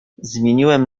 zmieniłem